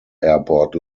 airport